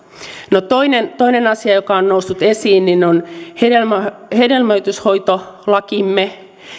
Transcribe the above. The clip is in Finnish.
toinen toinen asia joka on noussut esiin on hedelmöityshoitolakimme